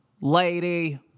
Lady